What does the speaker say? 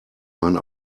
mein